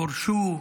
גורשו,